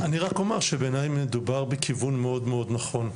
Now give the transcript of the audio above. אני רק אומר שבעיניי מדובר בכיוון מאוד מאוד נכון,